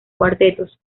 cuartetos